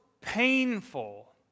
painful